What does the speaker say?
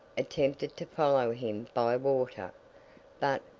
attempted to follow him by water but,